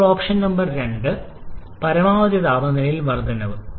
ഇപ്പോൾ option number 2 പരമാവധി താപനിലയിൽ വർദ്ധനവ്